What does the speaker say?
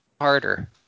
harder